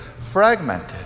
fragmented